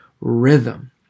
rhythm